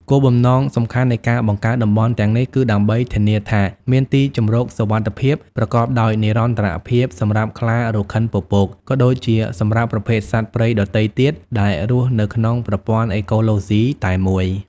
គោលបំណងសំខាន់នៃការបង្កើតតំបន់ទាំងនេះគឺដើម្បី ធានាថាមានទីជម្រកសុវត្ថិភាព ប្រកបដោយនិរន្តរភាពសម្រាប់ខ្លារខិនពពក ក៏ដូចជាសម្រាប់ប្រភេទសត្វព្រៃដទៃទៀតដែលរស់នៅក្នុងប្រព័ន្ធអេកូឡូស៊ីតែមួយ។